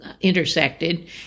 intersected